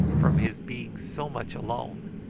from his being so much alone,